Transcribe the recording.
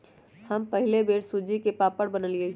हम पहिल बेर सूज्ज़ी के पापड़ बनलियइ